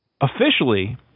officially